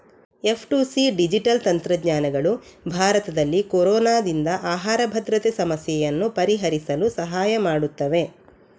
F two C digital ತಂತ್ರಜ್ಞಾನಗಳು ಭಾರತದಲ್ಲಿ ಕೊರೊನಾದಿಂದ ಆಹಾರ ಭದ್ರತೆ ಸಮಸ್ಯೆಯನ್ನು ಪರಿಹರಿಸಲು ಸಹಾಯ ಮಾಡುತ್ತವೆ